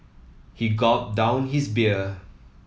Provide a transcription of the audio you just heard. he gulped down his beer